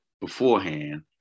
beforehand